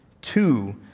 Two